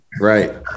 right